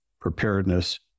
preparedness